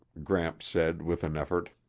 gramps said with an effort,